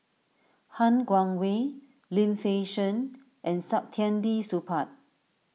Han Guangwei Lim Fei Shen and Saktiandi Supaat